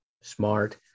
smart